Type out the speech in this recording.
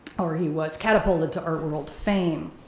or, he was catapulted to art world fame.